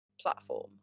platform